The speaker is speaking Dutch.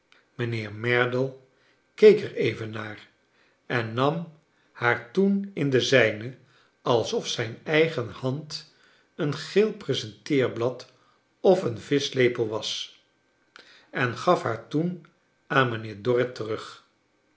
mijnheer merdle keek er even naar en nam haar toen in de zijne alsof zrjn eigen hand een geel presenteerblad of een vischlepel was en gaf haar toen aan mijnheer dorrit terug